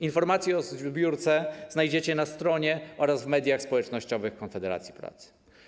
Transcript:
Informacje o zbiórce znajdziecie na stronie oraz w mediach społecznościowych Konfederacji Pracy.